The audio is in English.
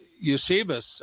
Eusebius